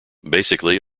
basically